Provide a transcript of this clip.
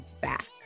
back